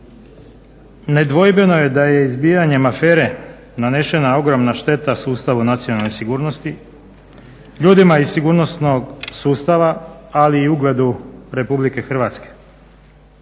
nedvojbeno je da je izbijanjem afere nanešena ogromna šteta sustavu nacionalne sigurnosti, ljudima iz sigurnosnog sustava, ali i ugledu RH.